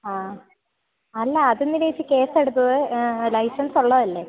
ആ അല്ല അതെന്തിനാ ചേച്ചീ കേസെടുത്തത് ലൈസൻസ് ഉള്ളതല്ലെ